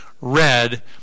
read